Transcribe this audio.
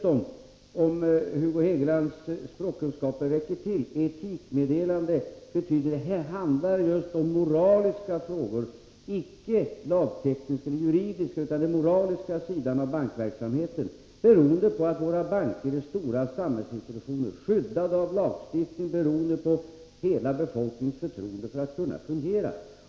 Om Hugo Hegelands språkkunskaper räcker till borde han förstå att etikmeddelanden handlar om just moraliska frågor — icke den lagtekniska eller juridiska utan den moraliska sidan av bankverksamheten. Våra banker är stora samhällsinstitutioner, skyddade av lagstiftning och beroende av hela befolkningens förtroende för att kunna fungera.